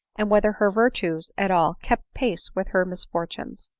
and whether her virtues at all kept pace with her misfortunes.